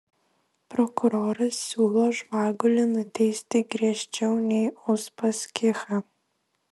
prokuroras siūlo žvagulį nuteisti griežčiau nei uspaskichą